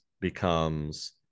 becomes